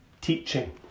teaching